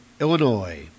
illinois